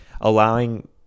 allowing